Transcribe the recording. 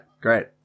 great